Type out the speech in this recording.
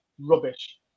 rubbish